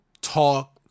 talk